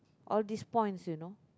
all these points you know